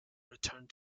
returned